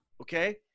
Okay